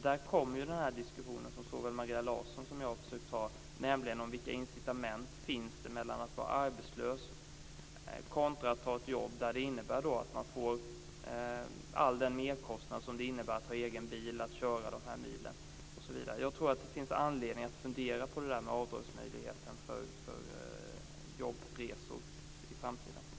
Då kommer vi ju in på den diskussion som såväl Maria Larsson som jag har försökt föra, nämligen om vilka incitament det finns när det handlar om att vara arbetslös eller ta ett jobb som innebär att man får merkostnader i och med att man har egen bil och kör de här milen osv. Jag tror att det finns anledning att fundera på detta med möjligheten att göra avdrag för resor till jobbet i framtiden.